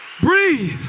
breathe